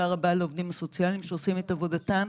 רבה לעובדים הסוציאליים שעושים את עבודתם